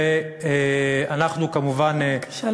ואנחנו כמובן, בבקשה לסיים.